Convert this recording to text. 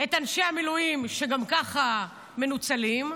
את אנשי המילואים, שגם ככה מנוצלים,